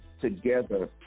together